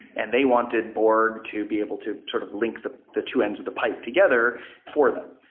and they wanted borg to be able to sort of link the the two ends of the pipe together for them.